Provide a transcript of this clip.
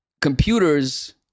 computers